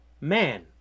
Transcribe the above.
man